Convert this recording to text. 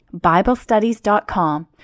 BibleStudies.com